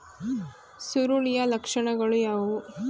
ಸುರುಳಿಯ ಲಕ್ಷಣಗಳು ಯಾವುವು?